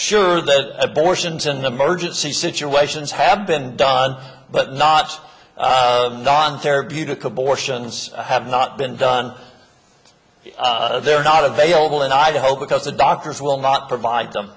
sure that abortions in the emergency situations have been done but not non therapeutic abortions have not been done they're not available in idaho because the doctors will not provide them